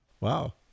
Wow